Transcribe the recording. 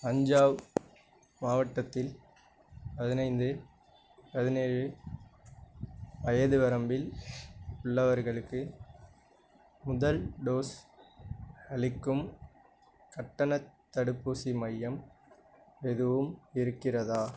அஞ்சாவ் மாவட்டத்தில் பதினைந்து பதினேழு வயது வரம்பில் உள்ளவர்களுக்கு முதல் டோஸ் அளிக்கும் கட்டணத் தடுப்பூசி மையம் எதுவும் இருக்கிறதா